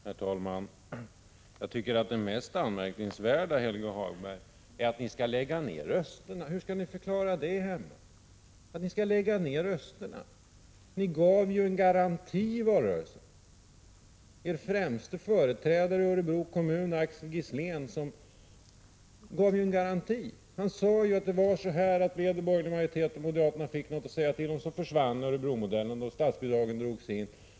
Herr talman! Jag tycker att det mest anmärkningsvärda, Helge Hagberg, är att ni skall lägga ned rösterna. Hur skall ni förklara det hemma? Ni gav ju en garanti i valrörelsen. Er främste företrädare i Örebro kommun, Axel Gisslén, gav en garanti. Han sade: Vi hade borgerlig majoritet och när moderaterna fick någonting att säga till om försvann Örebromodellen och statsbidragen drogs in.